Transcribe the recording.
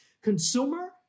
consumer